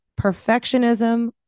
Perfectionism